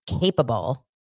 capable